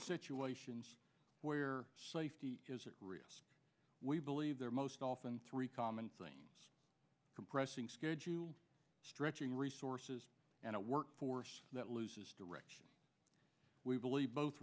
situations where safety is at risk we believe there are most often three common things compressing scared stretching resources and a workforce that loses direction we believe both